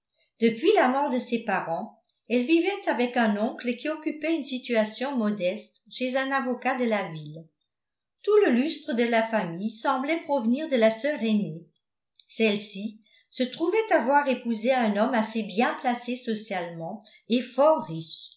depuis la mort de ses parents elle vivait avec un oncle qui occupait une situation modeste chez un avocat de la ville tout le lustre de la famille semblait provenir de la sœur aînée celle-ci se trouvait avoir épousé un homme assez bien placé socialement et fort